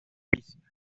milicia